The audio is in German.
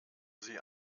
sie